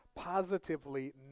positively